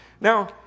Now